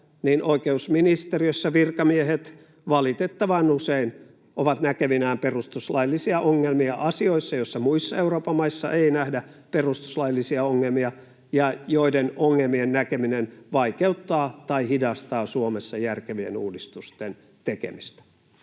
edustajien oppilaita, valitettavan usein ovat näkevinään perustuslaillisia ongelmia asioissa, joissa muissa Euroopan maissa ei nähdä perustuslaillisia ongelmia ja joiden ongelmien näkeminen vaikeuttaa tai hidastaa Suomessa järkevien uudistusten tekemistä.